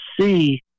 see